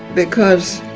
because